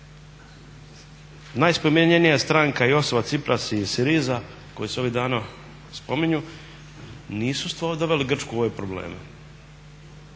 najspominjanija stranka i osoba Tsipras iz Syriza koji se ovih dana spominju nisu doveli Grčku u ove probleme,